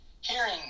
hearing